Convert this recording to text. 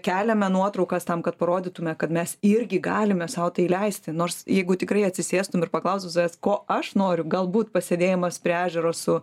keliame nuotraukas tam kad parodytume kad mes irgi galime sau tai leisti nors jeigu tikrai atsisėstum ir paklaustum savęs ko aš noriu galbūt pasėdėjimas prie ežero su